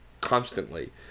constantly